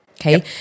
Okay